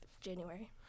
january